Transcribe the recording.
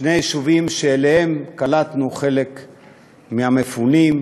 שני יישובים שאליהם קלטנו חלק מהמפונים,